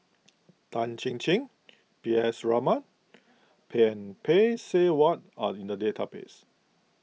Tan Chin Chin P S Raman pang Phay Seng Whatt are in the database